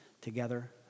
together